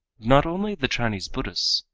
not only the chinese buddhists,